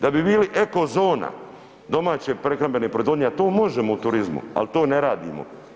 Da bi bili eko zona domaće prehrambene proizvodnje, a to možemo u turizmu, a to ne radimo.